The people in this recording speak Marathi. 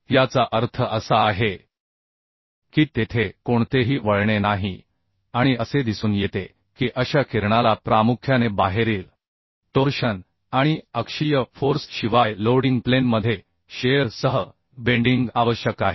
याचा अर्थ असा आहे की तेथे कोणतेही वळणे नाही आणि असे दिसून येते की अशा किरणाला प्रामुख्याने बाहेरील टोर्शन आणि अक्षीय फोर्स शिवाय लोडिंग प्लेनमध्ये शिअर सहबेन्डीग आवश्यक आहे